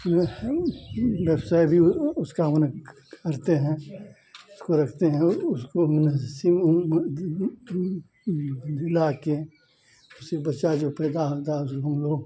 हम लोग जब से भी उस काम ने करते हैं उसको रखते हैं उसको से बुलाकर उससे बचा जो हम लोग